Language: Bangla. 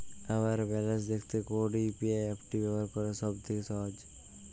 আমার ব্যালান্স দেখতে কোন ইউ.পি.আই অ্যাপটি ব্যবহার করা সব থেকে সহজ?